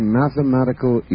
mathematical